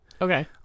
okay